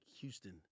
Houston